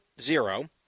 zero